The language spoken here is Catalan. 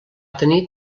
tenir